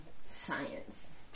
Science